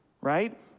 right